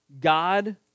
God